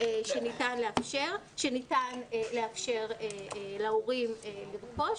שניתן לאפשר להורים לרכוש.